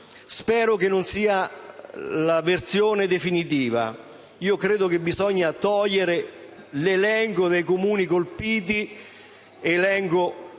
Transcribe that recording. spero che non sia la versione definitiva. Credo che bisogna togliere l'elenco dei Comuni colpiti contenuto